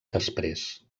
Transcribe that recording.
després